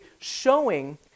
showing